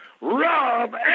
Rob